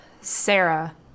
Sarah